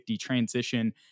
transition